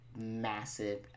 massive